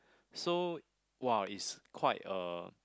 so !wah! is quite a